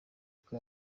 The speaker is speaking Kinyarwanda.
uko